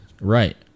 Right